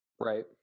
Right